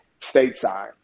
stateside